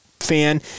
fan